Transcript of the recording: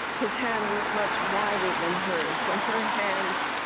his hand was much wider than hers, and her hands,